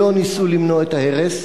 שלא ניסו למנוע את ההרס,